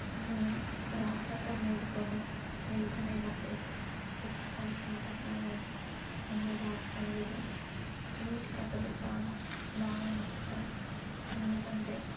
నేను రాత్రంతా మేల్కొన్నా మేల్కొనేలా చేసే పుస్తకాలు చాలా చదివాను అందులా అందులో నీతి కథలు చాలా బాగా నచ్చుతాయి ఎందుకంటే